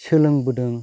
सोलोंबोदों